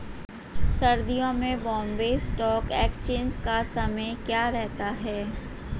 सर्दियों में Bombay stock exchange का समय क्या रहता है?